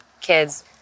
kids